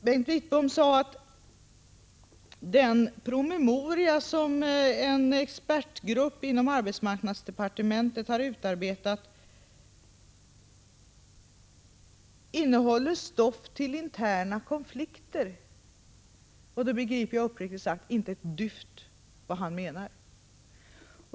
Bengt Wittbom sade att den promemoria som en expertgrupp inom arbetsmarknadsdepartementet har utarbetat innehåller stoff till interna konflikter. Jag begriper uppriktigt sagt inte ett dyft av vad han menar.